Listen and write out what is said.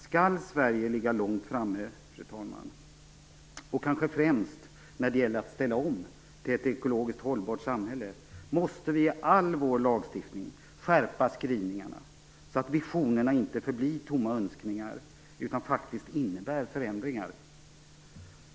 Skall Sverige ligga långt framme, fru talman, och kanske främst när det gäller att ställa om till ett ekologiskt hållbart samhälle, måste vi i all vår lagstiftning skärpa skrivningarna så att visionerna inte förblir tomma önskningar utan faktiskt innebär förändringar.